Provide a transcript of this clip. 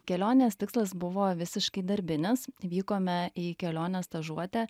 kelionės tikslas buvo visiškai darbinis vykome į kelionę stažuotę